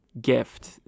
gift